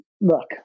look